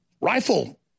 rifle